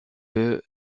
peut